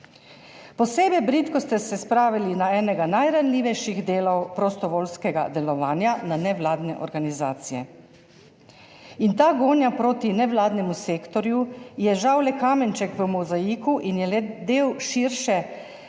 Posebej bridko ste se spravili na enega najranljivejših delov prostovoljskega delovanja na nevladne organizacije. In ta gonja proti nevladnemu sektorju je žal le kamenček v mozaiku in je le del širše